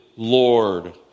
Lord